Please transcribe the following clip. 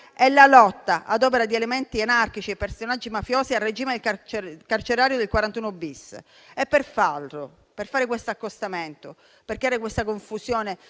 e la lotta, ad opera di elementi anarchici e personaggi mafiosi, al regime carcerario del 41-*bis*. Per fare questo accostamento, per creare questa confusione